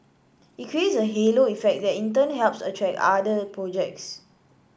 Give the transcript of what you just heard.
it creates a halo effect that in turn helps attract other projects